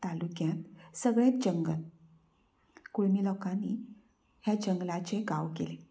तालुक्यांत सगळेंच जंगल कुणबी लोकांनी हे जंगलाचे गांव केले